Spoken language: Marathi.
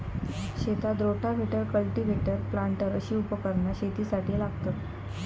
शेतात रोटाव्हेटर, कल्टिव्हेटर, प्लांटर अशी उपकरणा शेतीसाठी लागतत